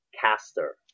caster